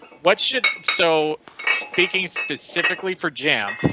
what should so speaking specifically for jam?